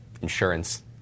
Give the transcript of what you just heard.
insurance